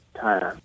time